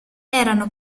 erano